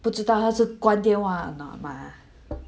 不知道她是关电话 or not mah